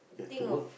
you have to work